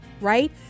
right